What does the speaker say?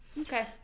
Okay